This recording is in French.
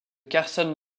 carson